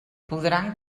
podran